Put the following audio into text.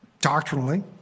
doctrinally